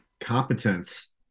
competence